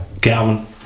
Calvin